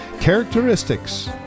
characteristics